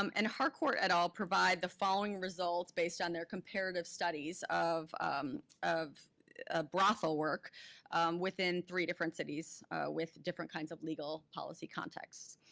um and harcourt et al provide the following results based on their comparative studies of of brothel work within three different cities with different kinds of legal policy contexts.